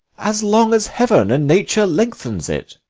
as long as heaven and nature lengthens it.